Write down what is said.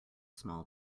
small